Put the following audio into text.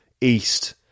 east